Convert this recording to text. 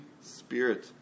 Spirit